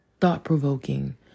thought-provoking